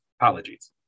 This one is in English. Apologies